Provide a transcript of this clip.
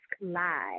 live